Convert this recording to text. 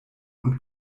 und